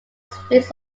streets